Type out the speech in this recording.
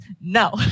No